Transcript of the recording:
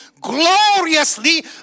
gloriously